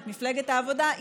את מפלגת העבודה.